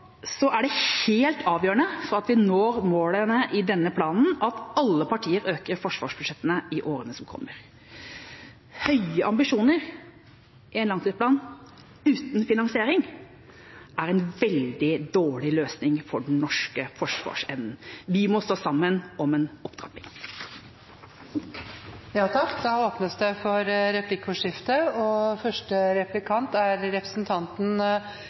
Så mer penger koster det uansett. Derfor er det helt avgjørende for at vi når målene i denne planen, at alle partier øker forsvarsbudsjettene i årene som kommer. Høye ambisjoner i en langtidsplan uten finansiering er en veldig dårlig løsning for den norske forsvarsevnen. Vi må stå sammen om en opptrapping. Det blir replikkordskifte.